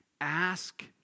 ask